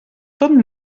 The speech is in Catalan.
ton